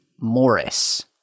Morris